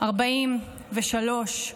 43,